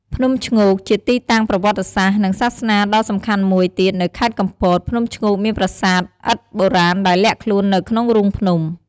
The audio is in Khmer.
ភ្នំឈ្ងោក ជាទីតាំងប្រវត្តិសាស្ត្រ និងសាសនាដ៏សំខាន់មួយទៀតនៅខេត្តកំពត ភ្នំឈ្ងោកមានប្រាសាទឥដ្ឋបុរាណដែលលាក់ខ្លួននៅក្នុងរូងភ្នំ។